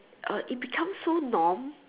uh it becomes so norm